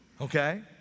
okay